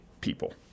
people